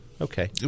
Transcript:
Okay